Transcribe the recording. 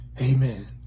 Amen